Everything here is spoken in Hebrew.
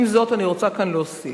עם זאת, אני רוצה כאן להוסיף.